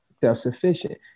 Self-sufficient